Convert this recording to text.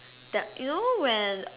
you know when